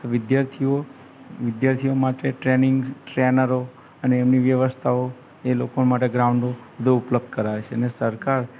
વિદ્યાર્થીઓ વિદ્યાર્થીઓ માટે ટ્રેનિંગ ટ્રેનરો અને એમની વ્યવસ્થાઓ એ લોકો માટે ગ્રાઉન્ડો બધું ઉપલબ્ધ કરાવે છે અને સરકાર